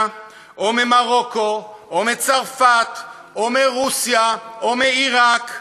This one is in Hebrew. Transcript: או ממרוקו או מצרפת או מרוסיה או מעיראק,